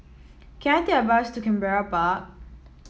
can I take a bus to Canberra Park